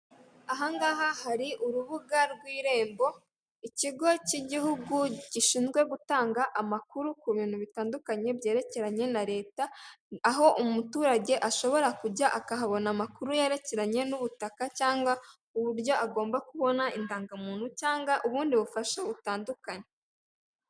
Aha ngaha hari urubuga rw'irembo ikigo cy'igihugu gishinzwe gutanga amakuru ku bintu bitandukanye byerekeranye na leta, aho umuturage ashobora kujya akahabona amakuru yerekeranye n'ubutaka cyangwa uburyo agomba kubona indangamuntu, cyangwa ubundi bufasha butandukanye.